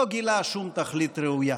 לא גילה שום תכלית ראויה.